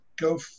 go